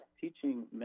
teaching